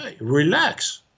relax